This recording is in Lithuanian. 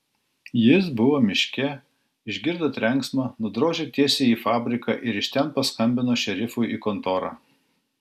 jis buvo miške išgirdo trenksmą nudrožė tiesiai į fabriką ir iš ten paskambino šerifui į kontorą